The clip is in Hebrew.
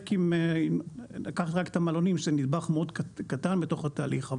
נתעסק ניקח רק את המעלונים שזה נדבך מאוד קטן בתוך התהליך,